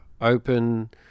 open